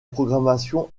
programmation